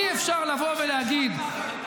אי-אפשר לבוא ולהגיד --- סתם?